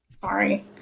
sorry